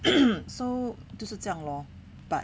so 就是这样 lor but